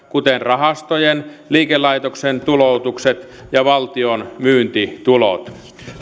kuten rahastojen liikelaitosten tuloutukset ja valtion myyntitulot